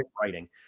writing